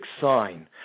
sign